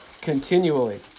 continually